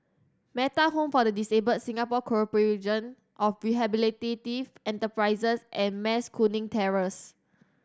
Metta Home for the Disabled Singapore Corporation of Rehabilitative Enterprises and Mas Kuning Terrace